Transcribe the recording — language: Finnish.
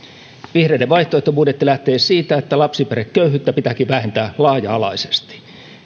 vihreiden vaihtoehtobudjetti lähtee siitä että lapsiperheköyhyyttä pitääkin vähentää laaja alaisesti